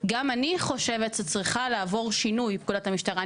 גם אני חושבת שצריכה לעבור שינוי פקודת המשטרה.